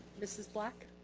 mrs. black?